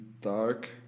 dark